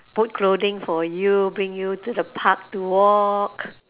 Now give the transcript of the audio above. put clothing for you bring you to the park to walk